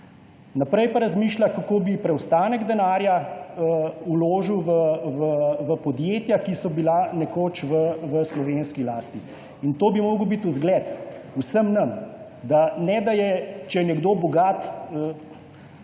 naprej pa razmišlja, kako bi preostanek denarja vložil v podjetja, ki so bila nekoč v slovenski lasti. To bi moral biti zgled vsem nam, ne pa, če je nekdo bogat,